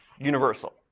universal